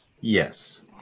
Yes